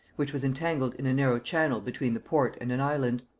which was entangled in a narrow channel between the port and an island.